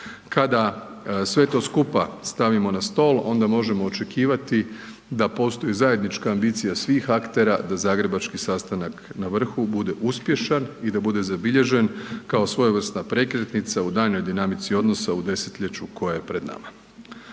Kada sve to skupa stavimo na stol, onda možemo očekivati da postoji zajednička ambicija svih aktera da zagrebački sastanak na vrhu bude uspješan i da bude zabilježen kao svojevrsna prekretnica u daljnjoj dinamici odnosa u desetljeću koje je pred nama.